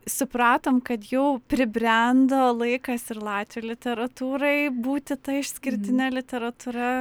supratom kad jau pribrendo laikas ir latvių literatūrai būti ta išskirtine literatūra